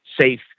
safe